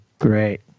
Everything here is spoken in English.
Great